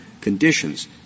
conditions